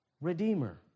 redeemer